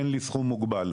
אין לי סכום מוגבל.